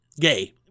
Gay